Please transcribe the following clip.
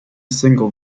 single